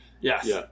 Yes